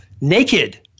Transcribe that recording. naked